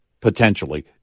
potentially